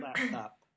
laptop